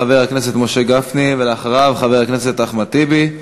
חבר הכנסת משה גפני, ואחריו, חבר הכנסת אחמד טיבי.